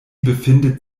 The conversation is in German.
befindet